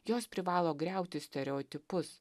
jos privalo griauti stereotipus